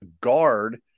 guard